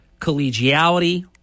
collegiality